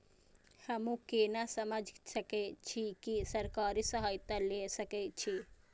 हमू केना समझ सके छी की सरकारी सहायता ले सके छी?